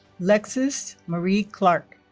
lexus marie clark